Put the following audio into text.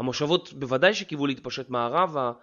המושבות בוודאי שקיוו להתפשט מערבה